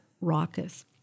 raucous